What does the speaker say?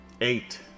Eight